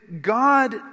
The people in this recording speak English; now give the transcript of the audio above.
God